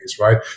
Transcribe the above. right